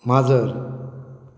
माजर